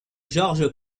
george